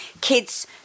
kids